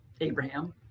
Abraham